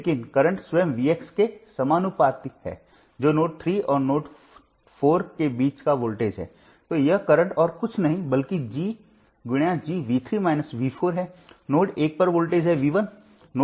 तो हमारे पास अभी भी तीन चर में तीन समीकरण हैं और हम नोड वोल्टेज के लिए हल कर सकते हैं